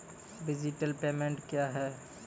Digital payment क्या हैं?